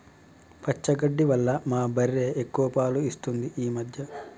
పచ్చగడ్డి వల్ల మా బర్రె ఎక్కువ పాలు ఇస్తుంది ఈ మధ్య